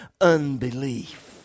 unbelief